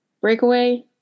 Breakaway